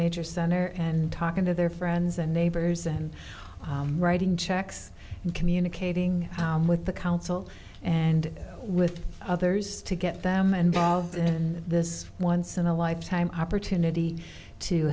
nature center and talking to their friends and neighbors and writing checks and communicating with the council and with others to get them and then this once in a lifetime opportunity to